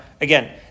again